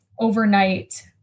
overnight